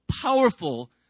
powerful